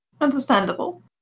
Understandable